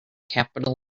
capital